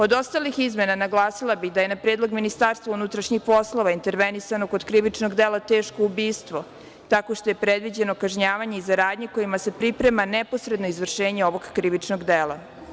Od ostalih izmena naglasila bi da je na predlog MUP intervenisano kod krivičnog dela teško ubistvo tako što je predviđeno kažnjavanje za radnje kojima se priprema neposredno izvršenje ovog krivičnog dela.